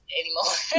anymore